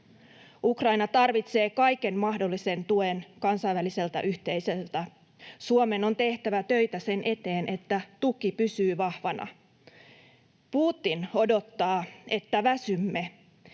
Ukraina tarvitsee kaiken mahdollisen tuen kansainväliseltä yhteisöltä. Suomen on tehtävä töitä sen eteen, että tuki pysyy vahvana. Putin odottaa, että väsymme